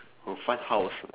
oh fun house